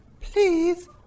please